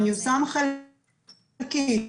מיושם חלקית.